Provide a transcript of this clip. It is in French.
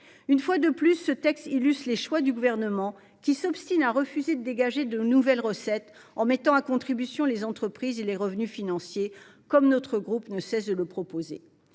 Une fois de plus, ce texte illustre les choix du Gouvernement, qui s’obstine à refuser de dégager de nouvelles recettes en mettant à contribution les entreprises et les revenus financiers, comme notre groupe ne cesse de le proposer.